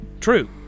true